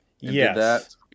Yes